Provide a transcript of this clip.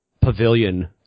pavilion